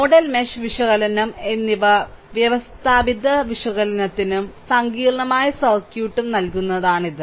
nodal mesh വിശകലനം എന്നിവ വ്യവസ്ഥാപിത വിശകലനത്തിനും സങ്കീർണ്ണമായ സർക്യൂട്ടിനും നൽകുന്നതാണ് ഇത്